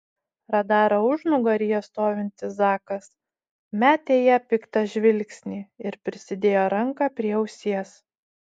radaro užnugaryje stovintis zakas metė į ją piktą žvilgsnį ir prisidėjo ranką prie ausies